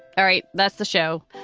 all right. that's the show.